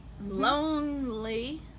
lonely